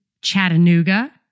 Chattanooga